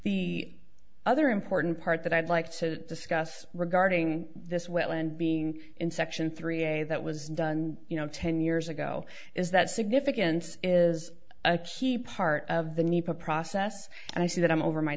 the other important part that i'd like to discuss regarding this wetland being in section three a that was done you know ten years ago is that significance is a key part of the need to process and i say that i'm over my